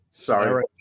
Sorry